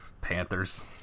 Panthers